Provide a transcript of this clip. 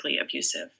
abusive